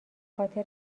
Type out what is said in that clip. خاطر